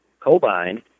Cobine